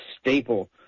staple